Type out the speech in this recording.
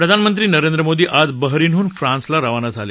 प्रधानमंत्री नरेंद्र मोदी आज बहरीनहून फ्रान्सला रवाना झाले